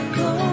go